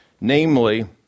namely